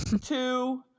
two